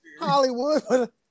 Hollywood